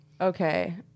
Okay